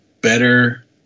better